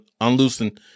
unloosen